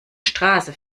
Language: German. straße